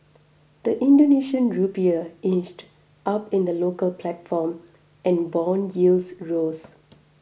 the Indonesian Rupiah inched up in the local platform and bond yields rose